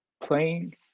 playing